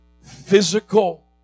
physical